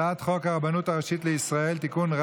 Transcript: הצעת חוק הרבנות הראשית לישראל (תיקון,